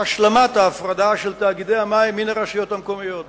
השלמת ההפרדה של תאגידי המים מן הרשויות המקומיות.